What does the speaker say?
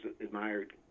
admired